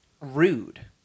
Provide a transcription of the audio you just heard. rude